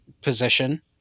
position